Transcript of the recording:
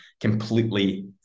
completely